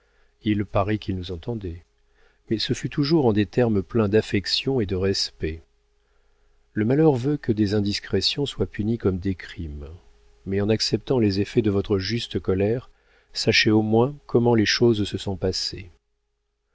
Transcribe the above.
il paraît qu'il nous entendait mais ce fut toujours en des termes pleins d'affection et de respect le malheur veut que des indiscrétions soient punies comme des crimes mais en acceptant les effets de votre juste colère sachez au moins comment les choses se sont passées